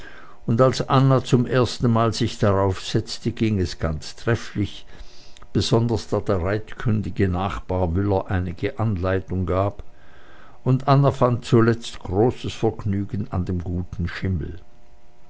und als anna zum ersten mal sich darauf setzte ging es ganz trefflich besonders da der reitkundige nachbar müller einige anleitung gab und anna fand zuletzt großes vergnügen an dem guten schimmel